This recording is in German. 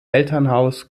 elternhaus